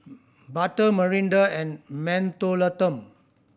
Bata Mirinda and Mentholatum